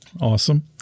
Awesome